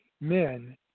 men